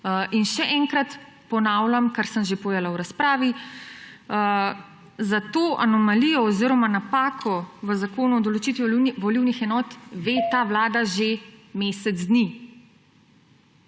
In še enkrat ponavljam, kar sem že povedala v razpravi, za to anomalijo oziroma napako v Zakonu o določitvi volilnih enot ve ta vlada že mesec dni.